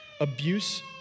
Abuse